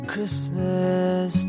Christmas